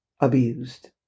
abused